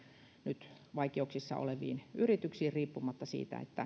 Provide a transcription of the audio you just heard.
nyt vaikeuksissa oleville yrityksille riippumatta siitä